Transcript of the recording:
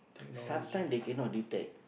sometime they cannot detect